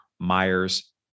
Myers